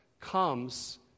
comes